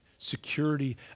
security